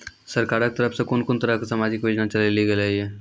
सरकारक तरफ सॅ कून कून तरहक समाजिक योजना चलेली गेलै ये?